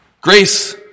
Grace